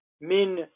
min